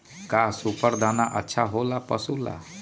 का सुपर दाना अच्छा हो ला पशु ला?